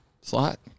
slot